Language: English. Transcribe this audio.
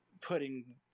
putting